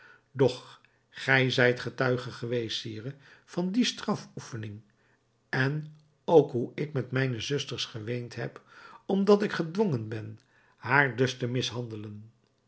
doch gij zijt getuige geweest sire van die strafoefening en ook hoe ik met mijne zusters geweend heb omdat ik gedwongen ben haar dus te mishandelen